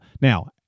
Now